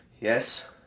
Yes